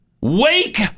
Wake